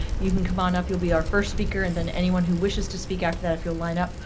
you can come on up. you'll be our first speaker. and then anyone who wishes to speak after that, if you'll line up.